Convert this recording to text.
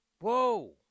whoa